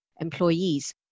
employees